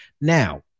now